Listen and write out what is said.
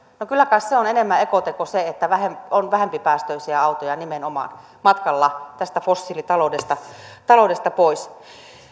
no kyllä kai se on enemmän ekoteko että on vähempipäästöisiä autoja nimenomaan matkalla tästä fossiilitaloudesta pois